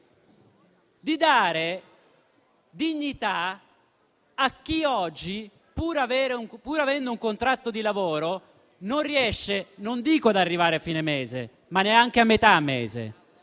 di dare dignità a chi oggi, pur avendo un contratto di lavoro, non riesce ad arrivare non dico a fine mese, ma neanche a metà mese.